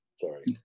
Sorry